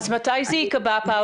מתי זה ייקבע?